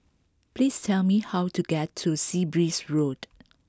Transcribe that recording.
please tell me how to get to Sea Breeze Road